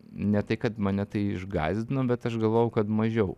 ne tai kad mane tai išgąsdino bet aš galvojau kad mažiau